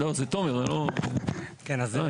הוא מסכים איתנו.